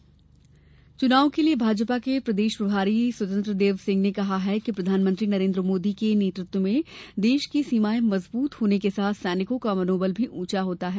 भाजपा सभा चुनाव के लिए भाजपा के प्रदेश प्रभारी स्वतंत्रदेव सिंह ने कहा है कि प्रधानमंत्री नरेन्द्र मोदी के नेतृत्व में देश की सीमायें मजबूत होने के साथ सैनिकों का मनोबल भी ऊँचा हुआ है